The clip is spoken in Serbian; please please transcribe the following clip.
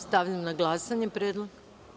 Stavljam na glasanje predlog.